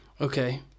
Okay